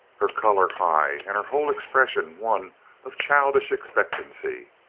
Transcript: her color high, and her whole expression one of childish expectancy.